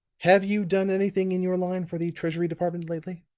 have you done anything in your line for the treasury department lately?